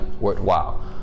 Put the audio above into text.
worthwhile